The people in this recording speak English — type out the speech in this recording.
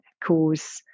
cause